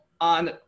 on